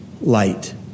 light